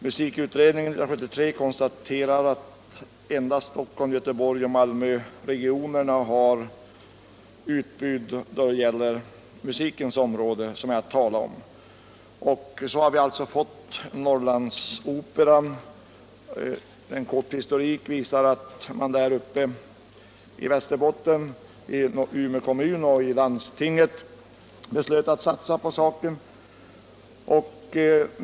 Musikutredningen 1973 konstaterade att endast Stockholms-, Göteborgsoch Malmöregionerna hade något utbud att tala om på musikens område. Så fick vi alltså Norrlandsoperan. En kort historik visar att landstinget i Västerbottens län och Umeå kommun beslöt att satsa på saken.